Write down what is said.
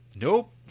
nope